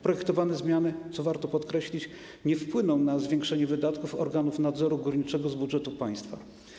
Projektowane zmiany, co warto podkreślić, nie wpłyną na zwiększenie wydatków organów nadzoru górniczego z budżetu państwa.